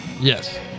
Yes